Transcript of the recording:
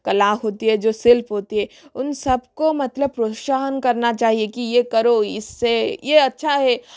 कला होती है जो शिल्प होती है उन सबको मतलब प्रोत्साहन करना चाहिए कि यह करो इससे यह अच्छा है